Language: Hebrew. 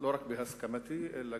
לא רק בהסכמתי, אלא